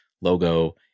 logo